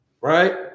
Right